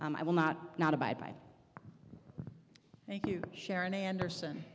i will not not abide by thank you sharon anderson